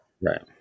Right